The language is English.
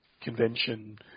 convention